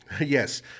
Yes